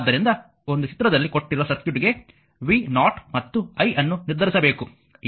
ಆದ್ದರಿಂದ ಒಂದು ಚಿತ್ರದಲ್ಲಿ ಕೊಟ್ಟಿರುವ ಸರ್ಕ್ಯೂಟ್ಗೆ v0 ಮತ್ತು i ಅನ್ನು ನಿರ್ಧರಿಸಬೇಕು